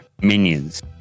minions